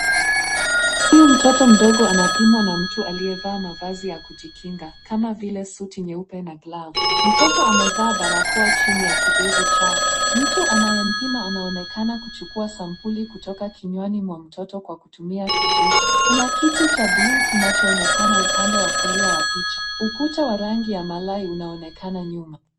Huyu mtoto mdogo anapimwa na mtu aliyevaa mavazi ya kujikinga, kama vile suti nyeupe na glavu. Mtoto amevaa barakoa chini ya kidevu chake. Mtu anayempima anaonekana kuchukua sampuli kutoka kinywani mwa mtoto kwa kutumia kijiti. Kuna kiti cha buluu kinachoonekana upande wa kulia wa picha ukuta wa rangi ya malai unaonekana nyuma.